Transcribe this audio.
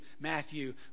Matthew